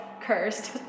Cursed